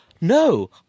No